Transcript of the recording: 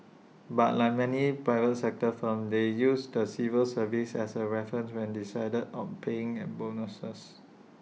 but like many private sector firms they use the civil service as A reference when deciding on paying and bonuses